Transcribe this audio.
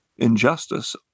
injustice